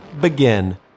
begin